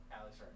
Alex